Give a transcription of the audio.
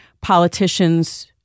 politicians